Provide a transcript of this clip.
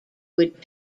would